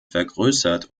vergrößert